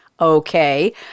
Okay